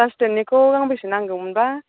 class टेननिखौ गांबेसे नांगौमोन बा